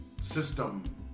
system